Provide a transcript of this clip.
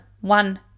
one